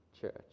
church